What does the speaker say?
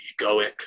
egoic